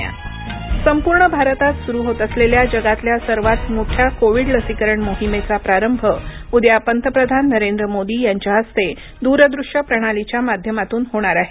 पंतप्रधान लसीकरण संपूर्ण भारतात सुरू होत असलेल्या जगातल्या सर्वात मोठ्या कोविड लसीकरण मोहिमेचा प्रारंभ उद्या पंतप्रधान नरेंद्र मोदी यांच्या हस्ते द्रदृश्य प्रणालीच्या माध्यमातून होणार आहे